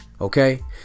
Okay